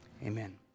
Amen